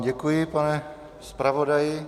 Děkuji, pane zpravodaji.